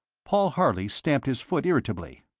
paul harley stamped his foot irritably.